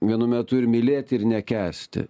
vienu metu ir mylėti ir nekęsti